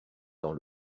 dans